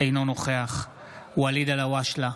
אינו נוכח ואליד אלהואשלה,